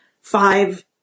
five